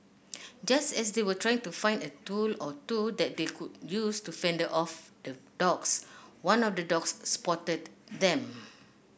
just as they were trying to find a tool or two that they could use to fend off the dogs one of the dogs spotted them